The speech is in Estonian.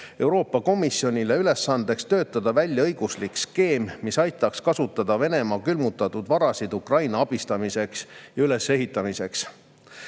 Euroopa Komisjonile ülesandeks töötada välja õiguslik skeem, mis aitaks kasutada Venemaa külmutatud varasid Ukraina abistamiseks ja ülesehitamiseks.